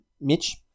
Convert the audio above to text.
Mitch